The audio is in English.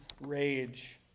rage